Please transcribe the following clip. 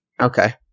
Okay